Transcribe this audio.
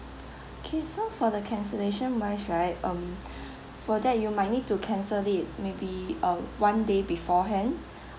okay so for the cancellation wise right um for that you might need to cancel it maybe uh one day beforehand